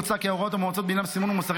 מוצע כי ההוראות המאומצות בעניין סימון ומסרים